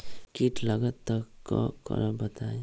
कीट लगत त क करब बताई?